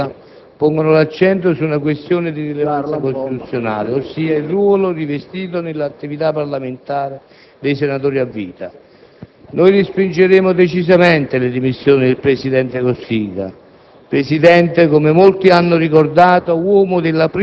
Signor Presidente, onorevoli colleghi, le dimissioni del senatore Cossiga pongono l'accento su una questione di rilevanza costituzionale, ossia il ruolo rivestito nell'attività parlamentare dei senatori a vita.